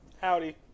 howdy